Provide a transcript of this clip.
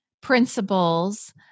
principles